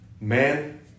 man